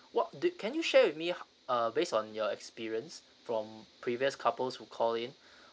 what do can you share with me ho~ uh based on your experience from previous couples who called in